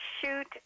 shoot